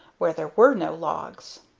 where there were no logs?